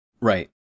right